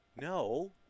No